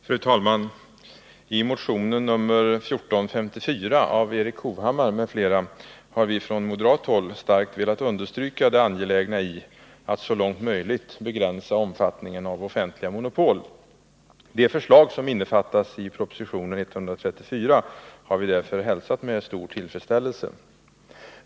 Fru talman! I motionen nr 2454 av Erik Hovhammar m.fl. har vi från moderat håll starkt velat understryka det angelägna i att så långt möjligt begränsa omfattningen av offentliga monopol. De förslag som innefattas i propositionen 134 har vi därför hälsat med stor tillfredsställelse.